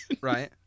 right